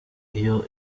iyo